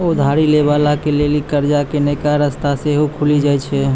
उधारी लै बाला के लेली कर्जा के नयका रस्ता सेहो खुलि जाय छै